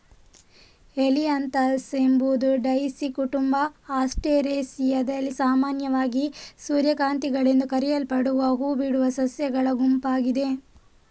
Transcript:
Helianthus ಎಂಬುದು daisy ಕುಟುಂಬ ಆಸ್ಟರೇಸಿಯಲ್ಲಿ ಸಾಮಾನ್ಯವಾಗಿ ಸೂರ್ಯಕಾಂತಿಗಳೆಂದು ಕರೆಯಲ್ಪಡುವ ಹೂ ಬಿಡುವ ಸಸ್ಯಗಳ ಗುಂಪಾಗಿದೆ